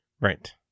Right